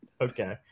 Okay